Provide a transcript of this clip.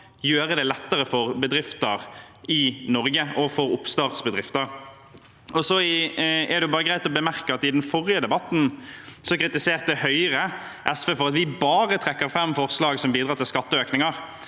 gjøre det lettere for bedrifter i Norge og for oppstartsbedrifter. Det er ellers greit å bemerke at Høyre i den forrige debatten kritiserte SV for at vi bare trekker fram forslag som bidrar til skatteøkninger.